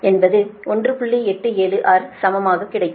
876 சமமாக கிடைக்கும்